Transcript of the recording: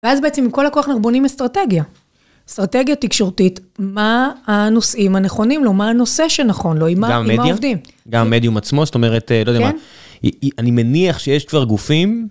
ואז בעצם עם כל הכוח אנחנו בונים אסטרטגיה. אסטרטגיה תקשורתית, מה הנושאים הנכונים לו, מה הנושא שנכון לו, עם מה עובדים. גם מדיום עצמו, זאת אומרת, לא יודע מה, אני מניח שיש כבר גופים...